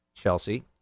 Chelsea